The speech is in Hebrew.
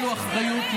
יש לנו אחריות.